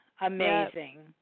amazing